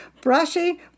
Brushy